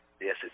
Yes